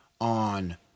on